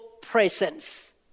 presence